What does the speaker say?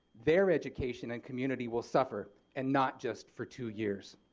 their education and community will suffer, and not just for two years.